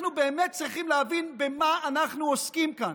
אנחנו באמת צריכים להבין במה אנחנו עוסקים כאן.